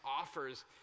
offers